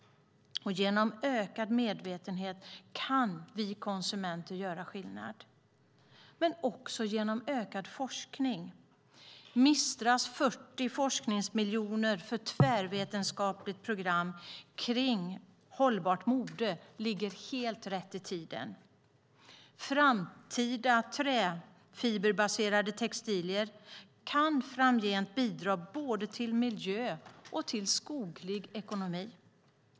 Genom ökad medvetenhet kan vi konsumenter göra skillnad, och det är viktigt med ökad forskning. Mistras 40 forskningsmiljoner för tvärvetenskapligt program kring hållbart mode ligger helt rätt i tiden. Framtida träfiberbaserade textilier kan framgent bidra till både bättre miljö och bättre skoglig ekonomi.